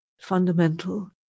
fundamental